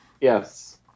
Yes